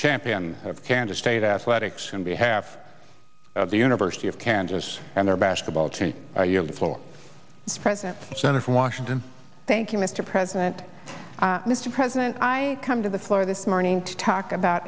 champion of kansas state athletics in behalf of the university of kansas and their basketball team the floor president center from washington thank you mr president mr president i come to the floor this morning to talk about